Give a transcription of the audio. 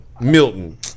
Milton